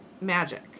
magic